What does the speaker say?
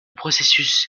processus